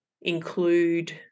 include